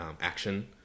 action